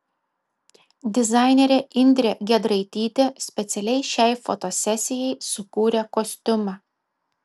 dizainerė indrė giedraitytė specialiai šiai fotosesijai sukūrė kostiumą